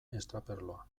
estraperloa